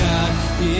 God